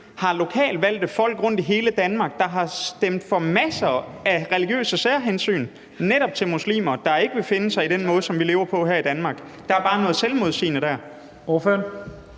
har lokalt valgte folk rundt i hele Danmark, der har stemt for masser af religiøse særhensyn netop til muslimer, der ikke vil finde sig i den måde, som vi lever på her i Danmark. Der er bare noget selvmodsigende der.